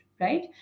right